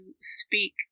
speak